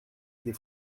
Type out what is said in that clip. des